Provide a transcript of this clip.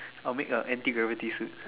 I will make a anti gravity suit